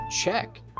Check